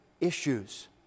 issues